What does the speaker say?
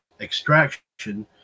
Extraction